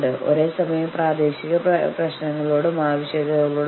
അതിനാൽ ഇതിനെ good faith വിലപേശൽ എന്ന് വിളിക്കുന്നു